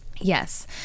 Yes